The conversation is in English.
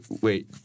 wait